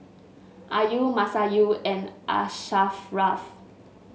Ayu Masayu and Asharaff